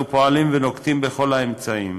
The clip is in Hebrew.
אנחנו פועלים ונוקטים את כל האמצעים